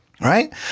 right